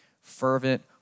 fervent